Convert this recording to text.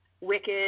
Wicked